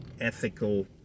ethical